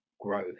growth